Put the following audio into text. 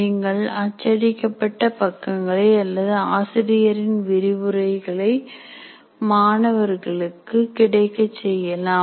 நீங்கள் அச்சடிக்கப்பட்ட பக்கங்களை அல்லது ஆசிரியரின் விரிவுரைகளை மாணவர்களுக்கு கிடைக்கச் செய்யலாம்